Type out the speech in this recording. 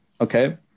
okay